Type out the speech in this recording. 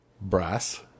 brass